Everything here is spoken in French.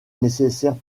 nécessaire